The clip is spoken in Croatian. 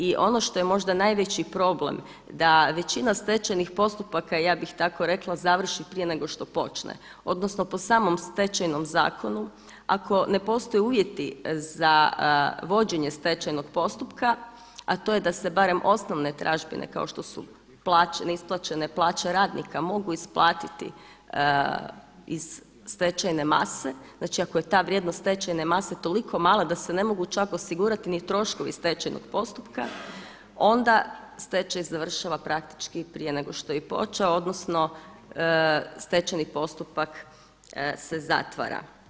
I ono što je možda najveći problem, da većina stečajnih postupaka, ja bih tako rekla završi prije nego što počne, odnosno po samom Stečajnom zakonu ako ne postoje uvjeti za vođenje stečajnog postupka, a to je da se barem osnovne tražbine plaće, neisplaćene plaće radnika mogu isplatiti iz stečajne mase, znači ako je ta vrijednost stečajne mase toliko mala da se ne mogu čak osigurati ni troškovi stečajnog postupka, onda stečaj završava praktički prije nego što je i počeo, odnosno stečajni postupak se zatvara.